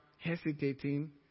hesitating